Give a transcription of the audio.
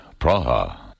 Praha